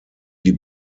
die